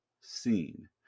seen